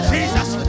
Jesus